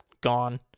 Gone